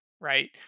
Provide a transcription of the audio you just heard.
right